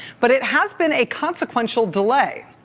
but it has been a consequential delay.